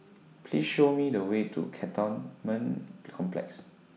Please Show Me The Way to Cantonment Complex